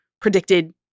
predicted